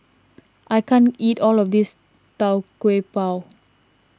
I can't eat all of this Tau Kwa Pau